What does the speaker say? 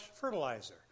fertilizer